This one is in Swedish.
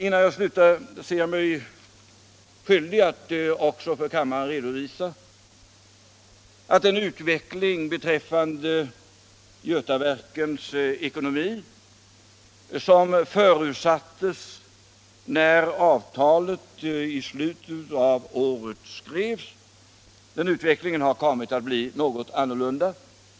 Innan jag slutar anser jag mig skyldig att också för kammaren redovisa att den utveckling beträffande Götaverkens ekonomi, som förutsattes när avtalet i slutet av förra året skrevs, har kommit att bli något annorlunda.